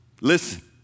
Listen